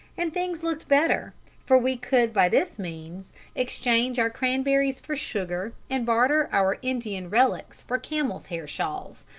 and things looked better, for we could by this means exchange our cranberries for sugar and barter our indian relics for camel's-hair shawls,